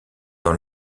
dans